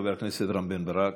חבר הכנסת רם בן ברק.